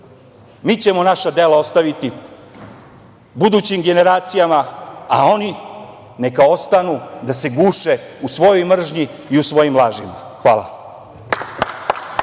ćemo naša dela ostaviti budućim generacijama, a oni neka ostanu da se guše u svojoj mržnji i u svojim lažima. Hvala.